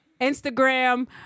Instagram